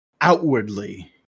outwardly